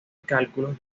cálculos